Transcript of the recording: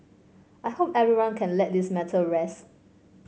I hope everyone can let this matter rest